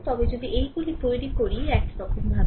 তবে যদি এইগুলি তৈরি করি এরকম ভাবে